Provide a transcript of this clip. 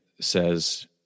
says